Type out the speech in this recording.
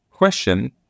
question